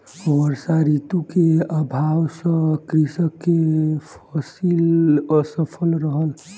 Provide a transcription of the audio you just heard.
वर्षा ऋतू के अभाव सॅ कृषक के फसिल असफल रहल